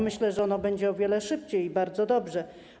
Myślę, że ono będzie o wiele szybciej, i bardzo dobrze.